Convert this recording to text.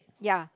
ya